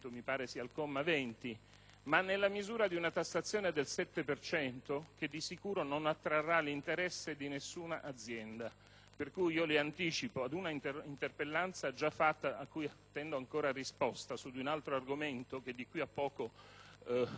ma nella misura di una tassazione del 7 per cento che di sicuro non attrarrà l'interesse di alcuna azienda. Pertanto, le anticipo che, ad una interpellanza già presentata, su cui attendo ancora risposta su di un altro argomento che di qui a poco le richiamerò all'attenzione,